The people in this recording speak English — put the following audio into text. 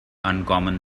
uncommon